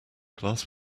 class